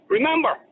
Remember